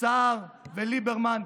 סער וליברמן,